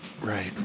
Right